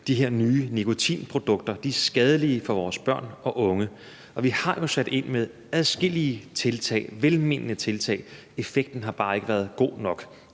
de her nye nikotinprodukter er skadelige for vores børn og unge. Og vi har jo sat ind med adskillige tiltag, velmenende tiltag; effekten har bare ikke været god nok.